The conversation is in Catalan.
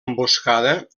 emboscada